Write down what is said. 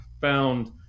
found